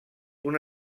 una